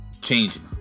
changing